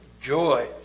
joy